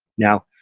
now,